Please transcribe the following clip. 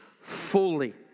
fully